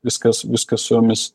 viskas viskas su jomis